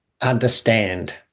understand